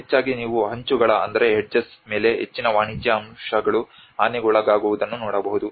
ಹೆಚ್ಚಾಗಿ ನೀವು ಅಂಚುಗಳ ಮೇಲೆ ಹೆಚ್ಚಿನ ವಾಣಿಜ್ಯ ಅಂಶಗಳು ಹಾನಿಗೊಳಗಾಗುವುದನ್ನು ನೋಡಬಹುದು